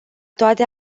toate